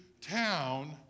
town